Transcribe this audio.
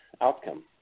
outcome